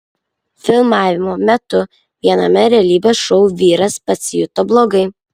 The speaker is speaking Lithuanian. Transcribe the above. filmavimo metu viename realybės šou vyras pasijuto blogai